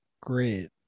great